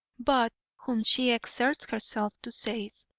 but whom she exerts herself to save,